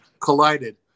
collided